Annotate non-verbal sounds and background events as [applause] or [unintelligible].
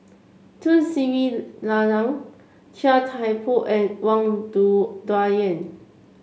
Tun Sri Lanang Chia Thye Poh and Wang [unintelligible] Dayuan